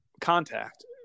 contact